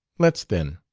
let's, then.